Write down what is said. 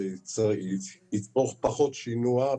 זה יצרוך פחות שינוע,